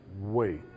wait